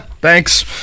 thanks